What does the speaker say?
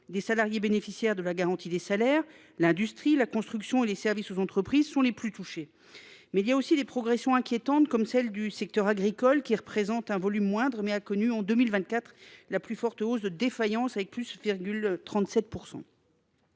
des salariés bénéficiaires de la garantie des salaires. L'industrie, la construction et les services aux entreprises sont les plus touchés. Mais il y a aussi des progressions inquiétantes comme celle du secteur agricole qui représente un volume moindre mais a connu en 2024 la plus forte hausse de défaillance avec plus de 37%.